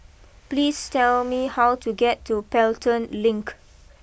please tell me how to get to Pelton Link